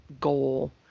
goal